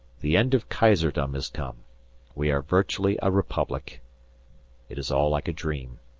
the end of kaiserdom has come we are virtually a republic it is all like a dream.